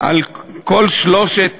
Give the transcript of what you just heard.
על כל שלושת